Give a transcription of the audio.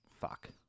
Fuck